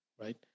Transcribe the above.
right